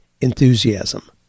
enthusiasm